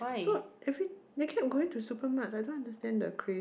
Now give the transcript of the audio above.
so every they keep going to supermarket I don't understand the craze